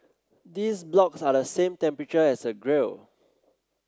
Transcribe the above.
these blocks are the same temperature as the grill